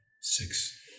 six